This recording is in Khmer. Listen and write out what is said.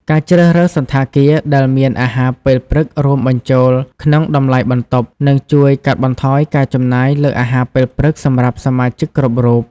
ការជ្រើសរើសសណ្ឋាគារដែលមានអាហារពេលព្រឹករួមបញ្ចូលក្នុងតម្លៃបន្ទប់ នឹងជួយកាត់បន្ថយការចំណាយលើអាហារពេលព្រឹកសម្រាប់សមាជិកគ្រប់រូប។